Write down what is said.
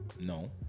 no